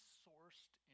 sourced